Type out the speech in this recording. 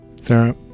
Sarah